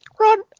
run